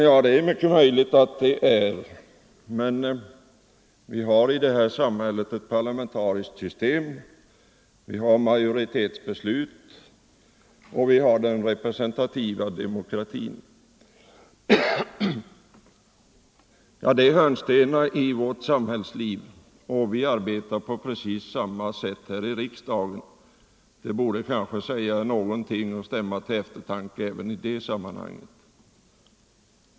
Ja, det är mycket möjligt, men vi har ett parlamen Förbud mot tariskt system i det här samhället, vi har majoritetsbeslut och vi har ni se hur man ansluter medlemmar till ert parti! Jag tror att det var herr Olsson i Stockholm och herr Björck i Nässjö kollektivanslutning den representativa demokratin. Det är hörnstenar i vårt samhällsliv, och till politiskt parti vi arbetar på precis samma sätt här i riksdagen. Det borde kanske stämma till eftertanke även i det här sammanhanget.